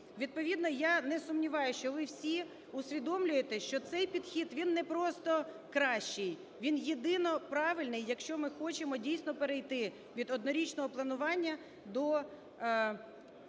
Відповідно я не сумніваюся, що ви всі усвідомлюєте, що цей підхід, він не просто кращій, він єдино правильний, якщо ми хочемо дійсно перейти від однорічного планування до сталого